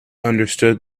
understood